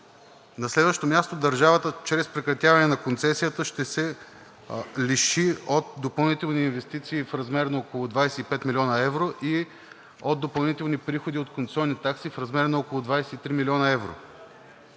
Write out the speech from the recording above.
На следващо място, държавата чрез прекратяване на концесията ще се лиши от допълнителни инвестиции в размер на около 25 млн. евро и от допълнителни приходи от концесионни такси в размер на около 23 млн. евро.